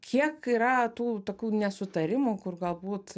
kiek yra tų tokių nesutarimų kur galbūt